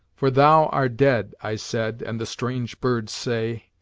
for thou are dead, i said, and the strange birds say.